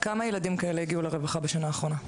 כמה ילדים כאלה הגיעו לרווחה בשנה האחרונה?